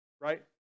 right